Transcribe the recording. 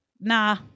nah